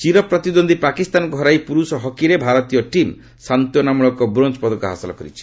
ଚିର ପ୍ରତିଦ୍ୱନ୍ଦ୍ୱୀ ପାକିସ୍ତାନକୁ ହରାଇ ପୁରୁଷ ହକିରେ ଭାରତୀୟ ଟିମ୍ ସାନ୍ତ୍ୱନାମୂଳକ ବ୍ରୋଞ୍ ପଦକ ହାସଲ କରିଛି